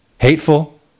hateful